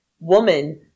woman